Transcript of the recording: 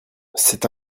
c’est